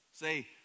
say